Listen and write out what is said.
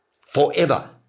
Forever